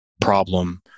problem